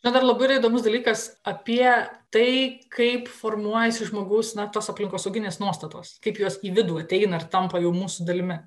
na dar labai įdomus dalykas apie tai kaip formuojasi žmogaus na tos aplinkosauginės nuostatos kaip juos į vidų ateina ir tampa jau mūsų dalimi